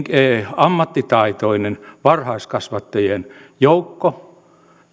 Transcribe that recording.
ammattitaitoinen varhaiskasvattajien joukko